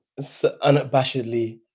unabashedly